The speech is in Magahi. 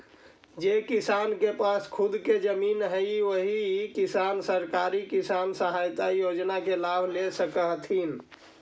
जे किसान के पास खुद के जमीन हइ ओही किसान सरकारी किसान सहायता योजना के लाभ ले सकऽ हथिन